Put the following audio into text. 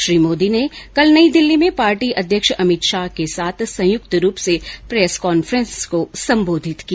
श्री मोदी ने कल नई दिल्ली में पार्टी अध्यक्ष अमित शाह के साथ संयुक्त रूप से प्रेस कांफ्रेस को संबोधित किया